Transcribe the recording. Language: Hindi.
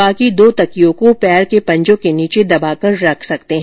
बाकी दो तकियों को पैर के पंजों के नीचे दबाकर रख सकते है